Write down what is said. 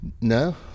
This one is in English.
no